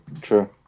True